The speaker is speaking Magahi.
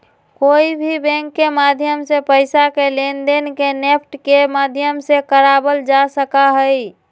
कोई भी बैंक के माध्यम से पैसा के लेनदेन के नेफ्ट के माध्यम से करावल जा सका हई